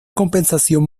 compensación